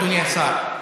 אדוני השר,